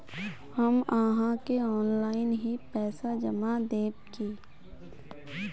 हम आहाँ के ऑनलाइन ही पैसा जमा देब की?